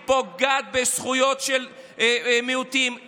היא פוגעת בזכויות של מיעוטים,